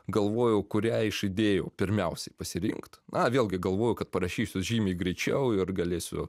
galvojau kurią iš idėjų pirmiausiai pasirinkti na vėlgi galvoju kad parašysiu žymiai greičiau ir galėsiu